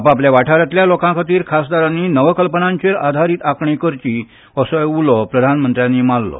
आपापल्या वाठारांतल्याल लोकां खातीर खासदारांनी नवकल्पनांचेर आदारीत आंखणी करची असो उलो प्रधानमंत्र्यांनी मारलो